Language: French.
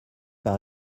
par